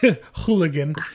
hooligan